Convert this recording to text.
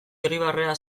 irribarrea